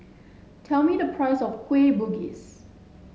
tell me the price of Kueh Bugis